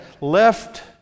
left